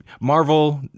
Marvel